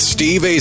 Steve